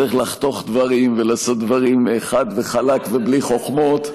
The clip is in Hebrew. שצריך לחתוך דברים ולעשות דברים חד וחלק ובלי חוכמות.